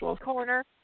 Corner